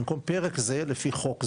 במקום "פרק זה" "לפי חוק זה",